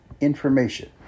information